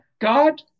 God